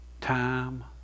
time